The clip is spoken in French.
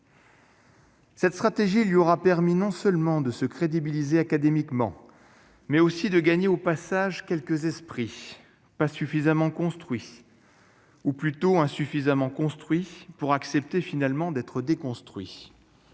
Cette stratégie lui aura permis non seulement de se crédibiliser académique ment, mais aussi de gagner au passage quelques esprits pas suffisamment construit ou plutôt insuffisamment construits pour accepter finalement d'être déconstruit